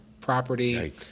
property